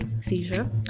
seizure